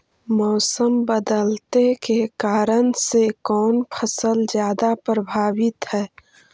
मोसम बदलते के कारन से कोन फसल ज्यादा प्रभाबीत हय?